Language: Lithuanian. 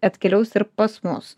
atkeliaus ir pas mus